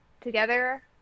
together